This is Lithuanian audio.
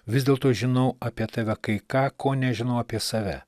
vis dėlto žinau apie tave kai ką ko nežinau apie save